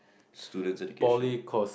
student's education